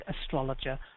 astrologer